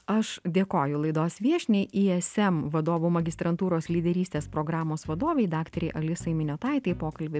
aš dėkoju laidos viešniai esm vadovų magistrantūros lyderystės programos vadovei daktarei alisai myniotaitei pokalbį